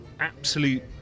Absolute